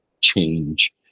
change